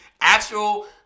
actual